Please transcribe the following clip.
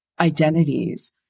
identities